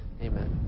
Amen